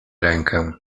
rękę